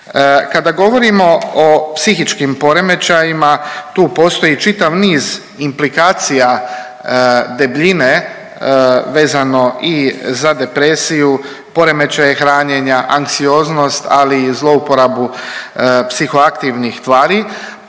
Kada govorimo o psihičkim poremećajima, tu postoji čitav niz implikacija debljine vezano i za depresiju, poremećaje hranjenja, anksioznost, ali i zlouporabu psiho aktivnih tvari.